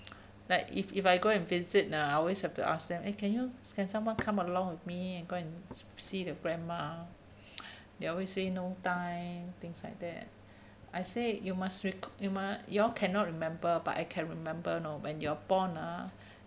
like if if I go and visit ah I always have to ask them eh can you can someone come along with me and go and see the grandma they always say no time things like that I say you must re~ you must you all cannot remember but I can remember you know when you are born ah